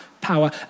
power